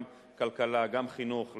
גם כלכלה וגם חינוך,